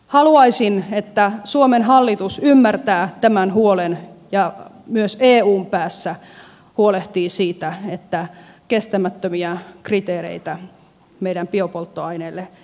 haluaisin että suomen hallitus ymmärtää tämän huolen ja myös eun päässä huolehtii siitä että kestämättömiä kriteereitä meidän biopolttoaineelle ei tule